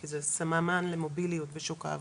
כי זה סממן למוביליות בשוק העבודה.